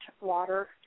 Water